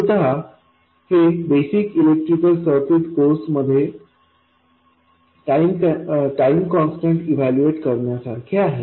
मुळतः हे basic electrical circuits कोर्समध्ये टाईम कॉन्स्टंट इवैल्यूएट करण्यासारखे आहे